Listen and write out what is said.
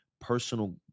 personal